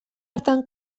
hartan